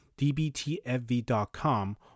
dbtfv.com